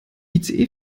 ice